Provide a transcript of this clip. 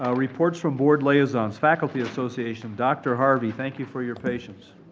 ah reports from board liaisons. faculty association. dr. harvey, thank you for your patience.